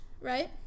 right